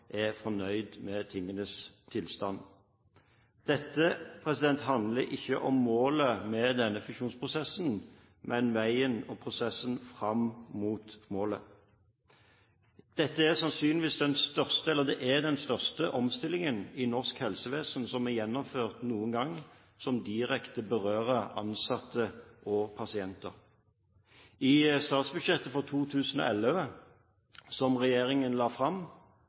er fornøyd med tingenes tilstand. Dette handler ikke om målet med denne fusjonsprosessen, men om veien og prosessen fram mot målet. Dette er den største omstillingen i norsk helsevesen som noen gang er gjennomført, som direkte berører ansatte og pasienter. I statsbudsjettet for 2011, som regjeringen la fram,